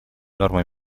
нормы